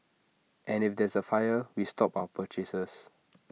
and if there's A fire we stop our purchases